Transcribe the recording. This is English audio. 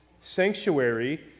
sanctuary